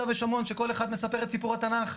ושומרון שכל אחד מספר את סיפור התנ"ך.